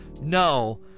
no